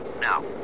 Now